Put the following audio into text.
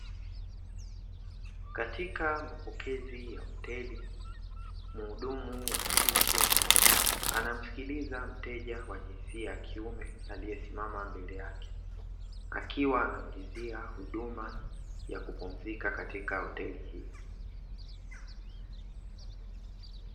Katika mapokezi ya hoteli muhudumu wa kike anamsikiliza mteja wa jinsia ya kiume aliyesimama mbele yake akiwa anaulizia huduma ya kupumzika katika hoteli hii.